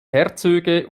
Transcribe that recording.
herzöge